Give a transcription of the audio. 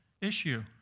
issue